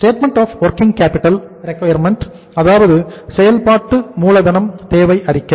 statement of working capital requirement அதாவதுசெயல்பாட்டு மூலதனம் தேவை அறிக்கை